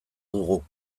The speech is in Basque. dugu